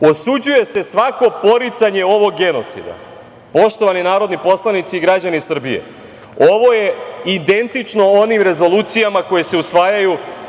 osuđuje se svako poricanje ovog genocida. Poštovani narodni poslanici i građani Srbije, ovo je identično onim rezolucijama koje se usvajaju